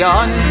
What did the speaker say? on